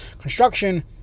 construction